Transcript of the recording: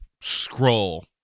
scroll